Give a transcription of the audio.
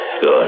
Good